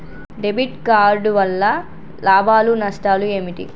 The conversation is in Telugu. డెబిట్ కార్డు వల్ల లాభాలు నష్టాలు ఏమిటి?